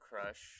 crush